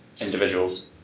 individuals